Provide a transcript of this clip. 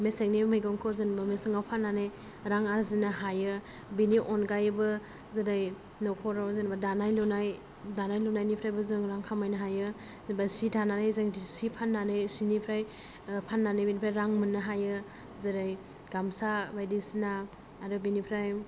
मेसेंनि मैगंखौ जेनेबा मेसेङाव फाननानै रां आरजिनो हायो बेनि अनगायैबो जेरै नखराव जेनेबा दानाय लुनाय दानाय लुनायनिफ्रायबो जों रां खामायनो हायो जेनेबा सि दानानै जों सि फाननानै सिनिफ्राय फाननानै बेनिफ्राइ रां मोननो हायो जेरै गामसा बायदिसिना आरो बेनिफ्राय